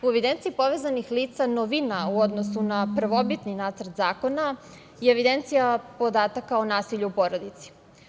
U evidenciji povezanih lica novina u odnosu na prvobitni nacrt zakona je evidencija podataka o nasilju u porodici.